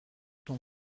ton